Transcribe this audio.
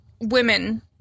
women